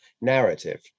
narrative